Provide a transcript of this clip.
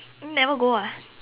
never go ah